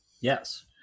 Yes